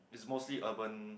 is mostly urban